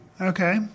Okay